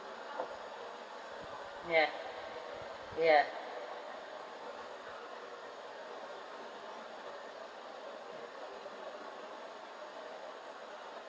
ya ya